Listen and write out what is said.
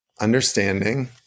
understanding